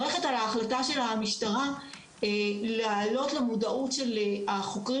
ההחלטה של המשטרה להעלות למודעות של החוקרים